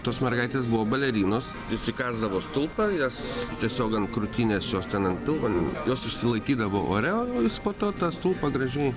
tos mergaitės buvo balerinos įsikąsdavo stulpą jas tiesiog ant krūtinės jos ten ant pilvo jos išsilaikydavo ore o po to tą stulpą gražiai